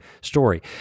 story